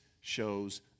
shows